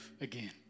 again